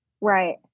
Right